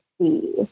see